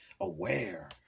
aware